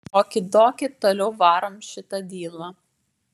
oki doki toliau varom šitą dylą